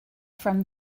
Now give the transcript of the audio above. from